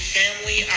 family